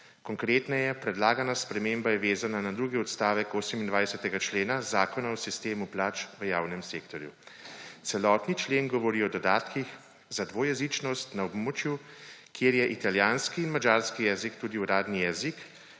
Konkretneje, predlagana sprememba je vezana na drugi odstavek 28. člena Zakona o sistemu plač v javnem sektorju. Celotni člen govori o dodatkih za dvojezičnost na območju, kjer je italijanski in madžarski jezik tudi uradni jezik